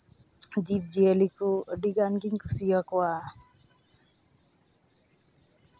ᱡᱤᱵᱽ ᱡᱤᱭᱟᱹᱞᱤ ᱠᱚ ᱟᱹᱰᱤ ᱜᱟᱱ ᱜᱤᱧ ᱠᱩᱥᱤᱭᱟᱠᱚᱣᱟ